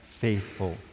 Faithful